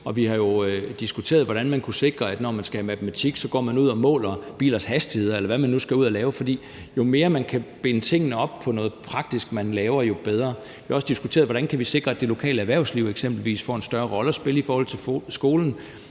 vi har talt om, hvordan man kunne sikre, at man, når man skal have matematik, f.eks. kan gå ud og måle bilers hastighed, eller hvad det nu kan være, for jo mere man kan binde tingene op på noget praktisk, jo bedre. Vi har også diskuteret, hvordan vi kan sikre, at eksempelvis det lokale erhvervsliv får en større rolle at spille i forhold til skolen,